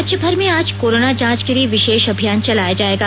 राज्यभर में आज कोरोना जांच के लिए विशेष अभियान चलाया जाएगा